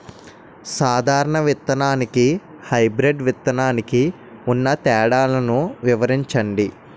సాధారణ విత్తననికి, హైబ్రిడ్ విత్తనానికి ఉన్న తేడాలను వివరించండి?